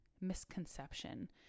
misconception